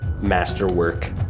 masterwork